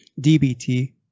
DBT